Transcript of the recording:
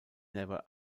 never